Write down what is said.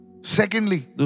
Secondly